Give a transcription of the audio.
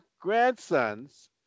grandsons